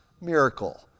miracle